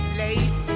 late